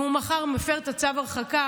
אם הוא מחר מפר את צו ההרחקה,